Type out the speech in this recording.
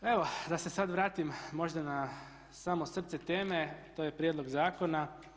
Evo da se sad vratim možda na samo srce teme to je prijedlog zakona.